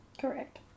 Correct